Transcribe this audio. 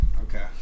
okay